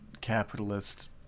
Capitalist